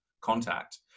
contact